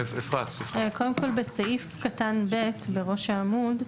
קודם כל בסעיף (ב) בראש העמוד,